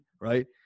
right